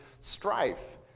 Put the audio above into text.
strife